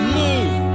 move